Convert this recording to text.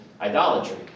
idolatry